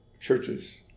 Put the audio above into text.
churches